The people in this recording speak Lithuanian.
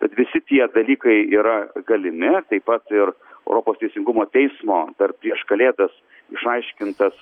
bet visi tie dalykai yra galimi taip pat ir europos teisingumo teismo dar prieš kalėdas išaiškintas